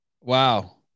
Wow